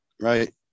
right